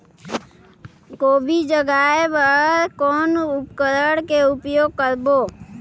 गोभी जगाय बर कौन उपकरण के उपयोग करबो?